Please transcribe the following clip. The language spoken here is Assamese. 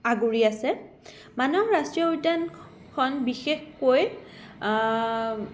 আগুৰি আছে মানাহ ৰাষ্ট্ৰীয় উদ্যানখন বিশেষকৈ